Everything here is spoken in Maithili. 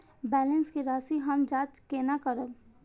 बैलेंस के राशि हम जाँच केना करब?